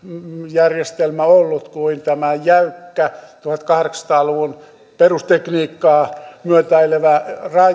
järjestelmä kuin tämä jäykkä tuhatkahdeksansataa luvun perustekniikkaa myötäilevä